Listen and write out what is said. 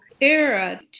era